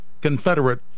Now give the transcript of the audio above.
Confederate